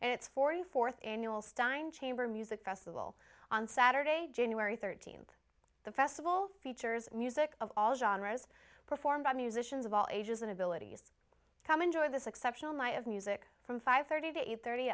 and its forty fourth annual stein chamber music festival on saturday january thirteenth the festival features music of all genres performed by musicians of all ages and abilities come enjoy this exceptional my of music from five thirty to eight thirty